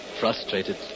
frustrated